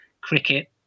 cricket